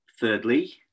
Thirdly